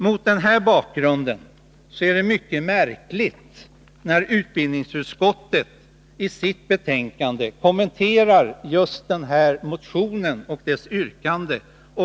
Mot denna bakgrund är det mycket märkligt att utbildningsutskottet i betänkandet kommenterar just den här motionen och yrkandet i densamma.